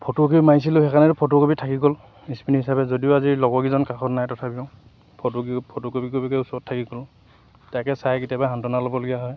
photocopy মাৰিছিলোঁ সেইকাৰণেতটো photocopy থাকি গ'ল স্মৃতি হিচাপে যদিও আজি লগকেইজন কাষত নাই তথাপিও ফটো ফটোকেইকপিকে ওচৰত থাকি গ'ল তাকে চাই কেতিয়াবা সান্তনা ল'বলগীয়া হয়